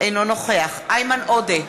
אינו נוכח איימן עודה,